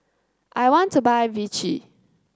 I want to buy Vichy